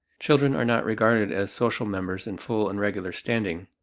children are not regarded as social members in full and regular standing.